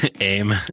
aim